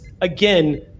again